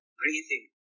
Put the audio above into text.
breathing